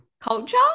culture